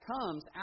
comes